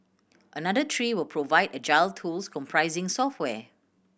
another three will provide agile tools comprising software